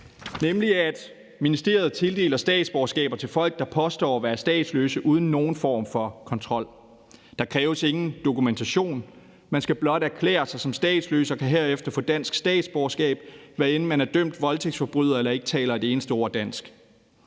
nemlig at ministeriet tildeler statsborgerskaber til folk, der påstår at være statsløse, uden nogen form for kontrol. Der kræves ingen dokumentation. Man skal blot erklære sig som statsløs og kan herefter få dansk statsborgerskab, hvad enten man er dømt voldtægtsforbryder eller ikke taler et eneste ord dansk.